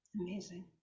amazing